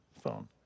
phone